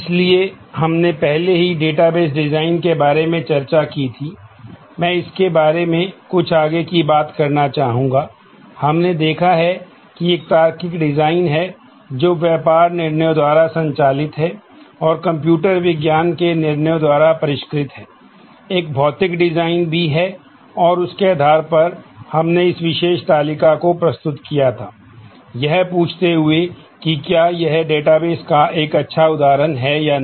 इसलिए हमने पहले ही डेटाबेस का एक अच्छा डिज़ाइन है या नहीं